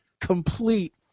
complete